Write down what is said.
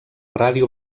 ràdio